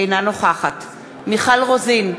אינה נוכחת מיכל רוזין,